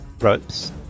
ropes